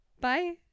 bye